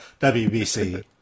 wbc